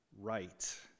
right